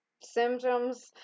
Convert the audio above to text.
symptoms